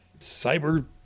cyber